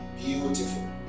beautiful